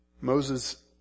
Moses